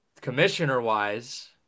commissioner-wise